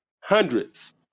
Hundreds